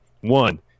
One